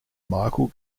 michael